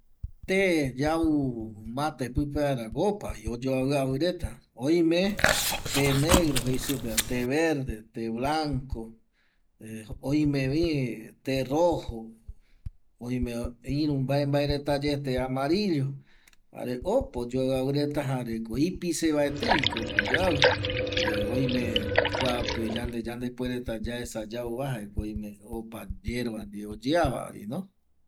Te yau mate pƚpe vaera opavi oyoaviavi reta oime te negro jeisupeva te verde, te blanco oimevi te rojo oime iru mbae mbae retaye te amarillo jare opa oyoaviavi reta iìsevaeteiviko opa pyoavƚ oime kuape yandepuereta yande yaesa yauva jaekomoime opa yerua ndie oyeavavino